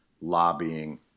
lobbying